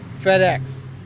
FedEx